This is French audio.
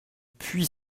puy